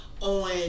on